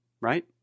right